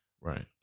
Right